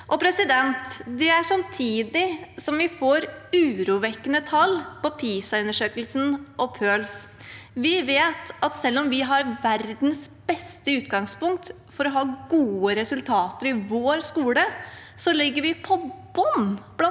læremidlene. Det er samtidig som vi får urovekkende tall fra PISA- og PIRLS-undersøkelser. Vi vet at selv om vi har verdens beste utgangspunkt for å ha gode resultater i vår skole, ligger vi på bunnen blant alle